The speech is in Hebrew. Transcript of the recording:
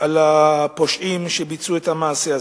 על הפושעים שביצעו את המעשה הזה.